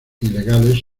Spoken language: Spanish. ilegales